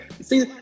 See